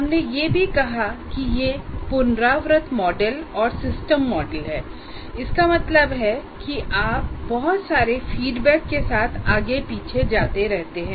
हमने यह भी कहा कि यह पुनरावृत्त मॉडल और सिस्टम मॉडल है इसका मतलब है कि आप बहुत सारे फीडबैक के साथ आगे पीछे जाते रहते हैं